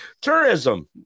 tourism